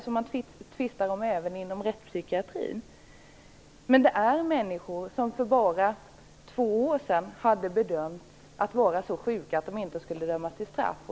Det tvistar man om även inom rättspsykiatrin. För bara två år sedan hade dessa människor bedömts vara så sjuka att de inte skulle dömas till straff.